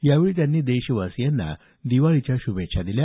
यावेळी त्यांनी देशवासीयांना दिवाळीच्या श्भेच्छा दिल्या